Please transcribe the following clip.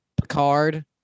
Picard